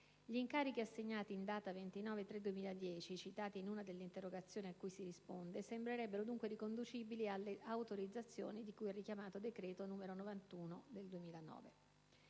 Gli incarichi assegnati in data 29 marzo 2010, citati in una delle interrogazioni a cui si risponde, sembrerebbero dunque riconducibili alle autorizzazioni di cui al richiamato decreto n. 91 del 2009.